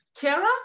Kara